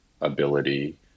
ability